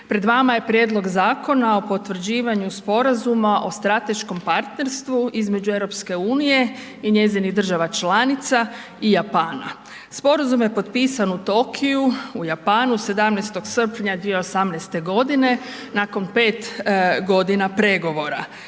Pred vama je Prijedlog Zakona o potvrđivanju sporazuma o strateškom partnerstvu između Europske unije i njezinih država članica i Japana. Sporazum je potpisan u Tokiju u Japanu, 17. srpnja 2018. g. nakon 5 g. pregovora.